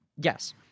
Yes